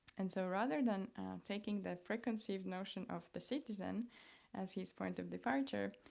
and so rather than taking the frequency of notion of the citizen as his point of departure,